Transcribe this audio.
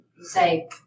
say